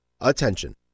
Attention